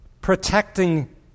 Protecting